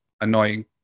annoying